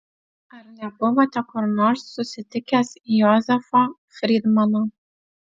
ar nebuvote kur nors susitikęs jozefo frydmano